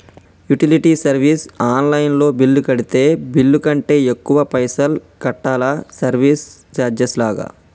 Utility service online లో bill కడితే bill కంటే ఎక్కువ పైసల్ కట్టాలా సర్వీస్ చార్జెస్ లాగా?